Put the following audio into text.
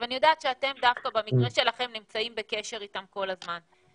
אני יודעת שאתם דווקא במקרה שלכם נמצאים בקשר איתם כל הזמן,